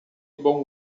bom